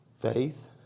faith